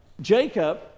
Jacob